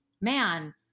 man